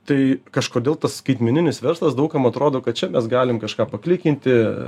tai kažkodėl tas skaitmeninis verslas daug kam atrodo kad čia mes galim kažką paklikinti